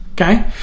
okay